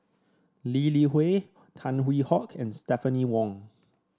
Lee Li Hui Tan Hwee Hock and Stephanie Wong